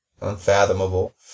Unfathomable